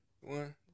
One